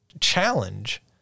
challenge